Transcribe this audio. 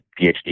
PhD